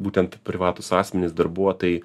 būtent privatūs asmenys darbuotojai